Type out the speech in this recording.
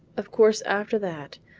of course after that,